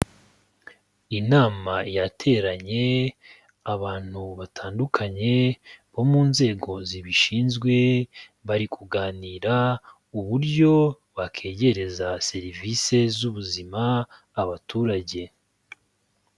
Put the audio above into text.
Inama yateranye, abantu batandukanye bo mu nzego zibishinzwe bari kuganira uburyo bakegereza serivise z'ubuzima abaturage.